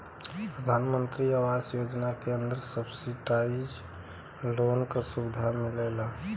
प्रधानमंत्री आवास योजना के अंदर सब्सिडाइज लोन क सुविधा मिलला